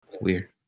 Weird